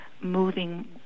moving